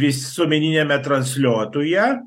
visuomeniniame transliuotoje